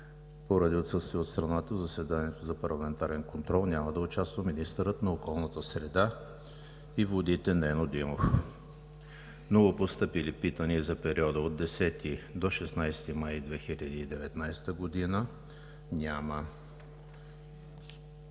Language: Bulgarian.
Поради отсъствие от страната в заседанието за парламентарен контрол няма да участва министърът на околната среда и водите Нено Димов. Новопостъпили питания за периода от 10 до 16 май 2019 г. няма.